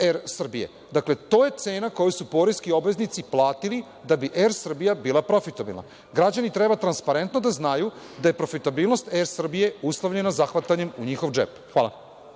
„Er Srbije“. Dakle, to je cena koju su poreski obveznici platili da bi „Er Srbija“ bila profitabilna. Građani treba transparentno da znaju da je profitabilnost „Er Srbije“ uslovljena zahvatanjem u njihov džep. Hvala.